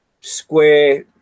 square